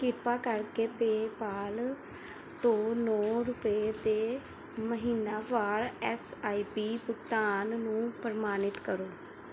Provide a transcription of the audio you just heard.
ਕਿਰਪਾ ਕਰਕੇ PayPal ਤੋਂ ਨੌਂ ਰੁਪਏ ਦੇ ਮਹੀਨਾਵਾਰ ਐਸ ਆਈ ਪੀ ਭੁਗਤਾਨ ਨੂੰ ਪ੍ਰਮਾਣਿਤ ਕਰੋ